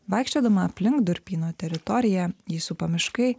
vaikščiodama aplink durpyno teritoriją jį supa miškai